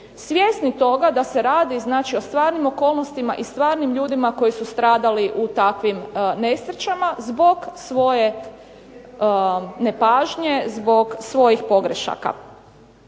svjesni toga da se radi znači o stvarnim okolnostima i stvarnim ljudima koji su stradali u takvim nesrećama zbog svoje nepažnje, zbog svojih pogrešaka.